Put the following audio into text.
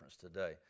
today